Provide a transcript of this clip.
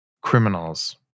criminals